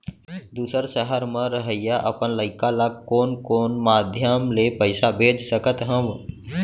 दूसर सहर म रहइया अपन लइका ला कोन कोन माधयम ले पइसा भेज सकत हव?